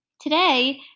today